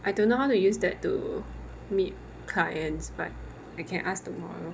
I don't know how to use that to meet clients but I can ask tomorrow